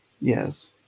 Yes